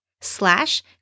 slash